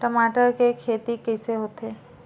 टमाटर के खेती कइसे होथे?